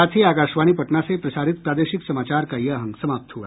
इसके साथ ही आकाशवाणी पटना से प्रसारित प्रादेशिक समाचार का ये अंक समाप्त हुआ